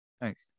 Thanks